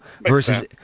Versus